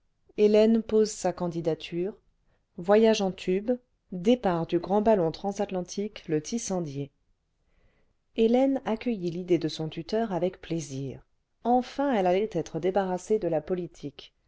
hélène pose sa candidature voyage en tube départ du grand ballon transatlantique le tissandier hélène accueillit l'idée cle son tuteur avec plaisir enfin elle allait être débarrassée delà politique